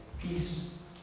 Peace